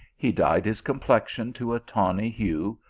he dyed his complexion to a tawny hue,